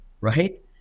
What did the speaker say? right